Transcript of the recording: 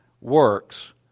works